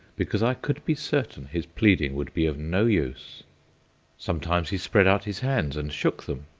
because i could be certain his pleading would be of no use sometimes he spread out his hands and shook them,